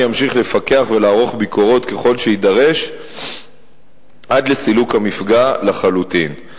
ימשיך לפקח ולערוך ביקורות ככל שיידרש עד לסילוק המפגע לחלוטין.